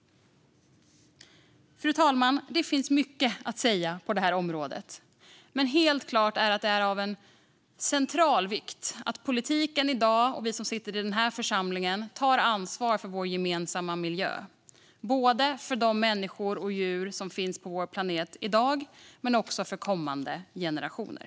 Fru talman! Det finns mycket att säga på det här området, men helt klart är att det är av central vikt att politiken i dag och vi som sitter i den här församlingen tar ansvar för vår gemensamma miljö - både för de människor och djur som finns på vår planet i dag och för kommande generationer.